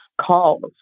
calls